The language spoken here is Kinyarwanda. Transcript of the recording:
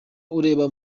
ureba